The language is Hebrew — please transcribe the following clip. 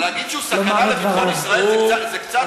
אבל להגיד שהוא סכנה למדינת ישראל זה קצת ביזיון.